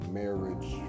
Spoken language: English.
marriage